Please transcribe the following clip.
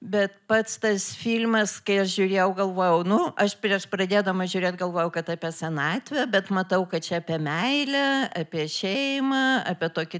bet pats tas filmas kai aš žiūrėjau galvojau nu aš prieš pradėdama žiūrėt galvojau kad apie senatvę bet matau kad čia apie meilę apie šeimą apie tokį